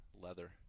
leather